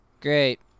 Great